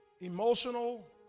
emotional